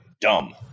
dumb